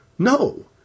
No